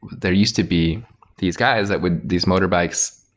there used to be these guys that would these motorbikes,